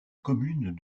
commune